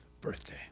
birthday